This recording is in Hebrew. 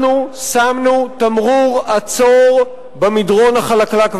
אנחנו שמנו תמרור עצור במדרון החלקלק והמסוכן.